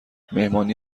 مهمانی